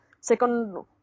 second